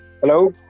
Hello